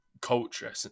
culture